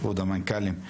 כבוד המנכ"לים.